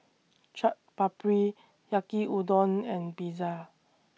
Chaat Papri Yaki Udon and Pizza